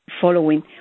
following